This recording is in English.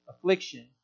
affliction